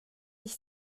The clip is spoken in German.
sich